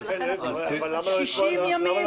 60 ימים.